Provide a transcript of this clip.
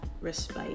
respite